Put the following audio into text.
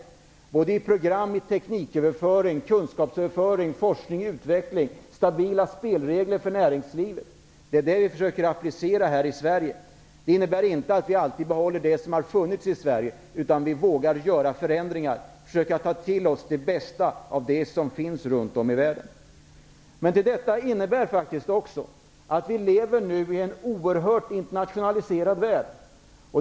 Det handlar om program, tekniköverföring, kunskapsöverföring, forskning, utveckling och stabila spelregler för näringslivet. Det är detta vi försöker applicera här i Sverige. Det innebär inte att vi alltid behåller det som har funnits i Sverige, utan att vi vågar genomföra förändringar. Vi försöker att ta till oss det bästa av det som finns runt om i världen. Men detta innebär faktiskt också att vi nu lever i en oerhört internationaliserad värld.